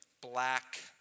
black